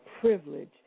privilege